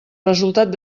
resultat